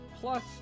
plus